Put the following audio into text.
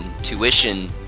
tuition